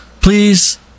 Please